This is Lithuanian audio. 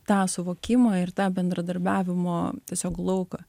tą suvokimą ir tą bendradarbiavimo tiesiog lauką